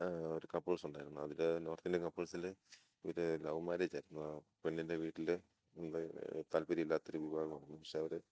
ഒരു കപ്പിൾസ് ഉണ്ടായിരുന്നു അതിൽ നോർത്ത് ഇന്ത്യൻ കപ്പിൾസിൽ ഇവർ ലവ് മാരേജ് ആയിരുന്നു ആ പെണ്ണിൻ്റെ വീട്ടിൽ എന്തോ താല്പര്യമില്ലാത്ത ഒരു വിവാഹമായിരുന്നു പക്ഷെ അവർ